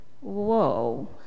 whoa